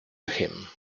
him